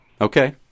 Okay